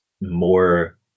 more